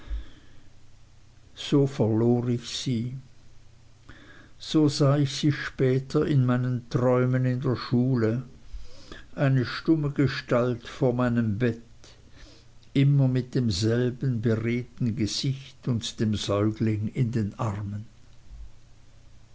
ich sie so sah ich sie später in meinen träumen in der schule ein stumme gestalt vor meinem bett immer mit demselben beredten gesicht und dem säugling in den armen